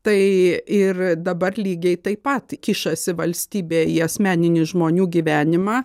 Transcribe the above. tai ir dabar lygiai taip pat kišasi valstybė į asmeninį žmonių gyvenimą